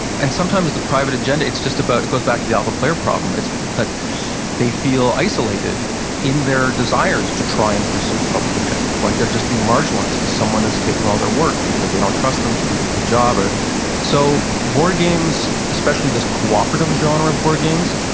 and sometimes the private agenda, it's just about, it goes back to the alpha player problem, it's that they feel isolated in their desires to try and pursue the public objective. like they're being marginalized cause someone is taking all their work because they don't trust them to do a good job. ah so board games, especially this cooperative genre of board games,